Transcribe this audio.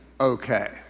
okay